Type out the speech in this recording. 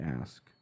ask